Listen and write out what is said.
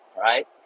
right